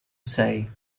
say